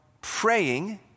praying